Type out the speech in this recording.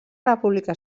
república